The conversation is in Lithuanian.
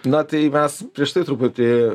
na tai mes prieš tai truputį